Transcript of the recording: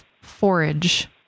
forage